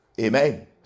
Amen